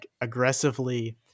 aggressively